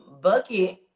Bucket